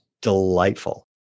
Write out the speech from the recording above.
delightful